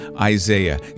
Isaiah